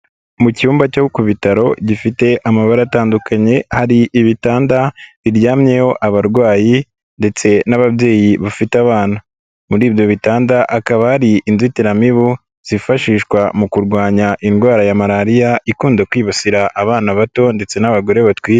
Mu cyumba cyo ku bitaro gifite amabara atandukanye, hari ibitanda biryamyeho abarwayi ndetse n'ababyeyi bafite abana. Muri ibyo bitanda hakaba hari inzitiramibu, zifashishwa mu kurwanya indwara ya Malariya, ikunda kwibasira abana bato ndetse n'abagore batwite.